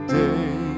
day